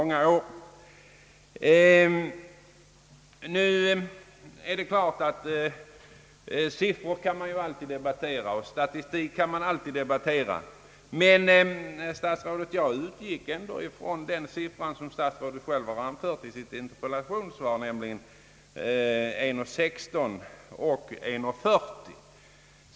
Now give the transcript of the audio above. Nu är det klart att man alltid kan debattera siffror och statistik, men jag utgick i detta fall från de siffror som statsrådet själv har anfört i sitt interpellationssvar, nämligen 1: 16 och 1: 40.